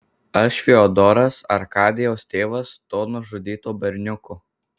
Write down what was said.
aš fiodoras arkadijaus tėvas to nužudyto berniuko